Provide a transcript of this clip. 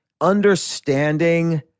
understanding